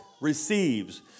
receives